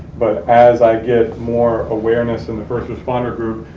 but as i get more awareness in the first responder group,